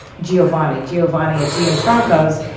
giovanni. giovanni giovanni and francos.